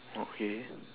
okay